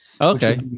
Okay